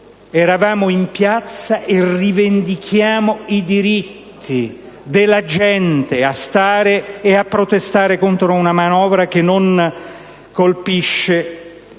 eravamo in piazza e rivendichiamo i diritti della gente a protestare contro una manovra che non colpisce gli